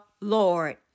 Lord